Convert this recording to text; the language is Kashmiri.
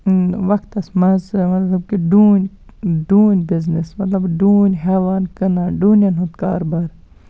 وقتَس منٛز مطلب کہِ ڈوٗنۍ ڈوٗنۍ بِزنٮ۪س مطلب ڈوٗںۍ ہیٚوان کٕنان مطلب ڈوٗنٮ۪ن ہُند کاروباز